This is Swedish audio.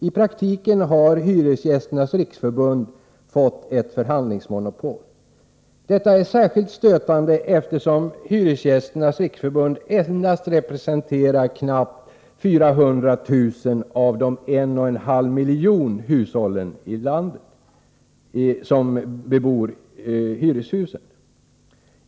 I praktiken har Hyresgästernas riksförbund fått ett förhandlingsmonopol. Det är särskilt stötande, eftersom Hyresgästernas riksförbund endast representerar knappt 400 000 av de 1,5 miljoner hushållen i hyreshus i landet.